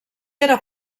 era